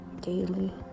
daily